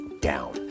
down